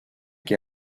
que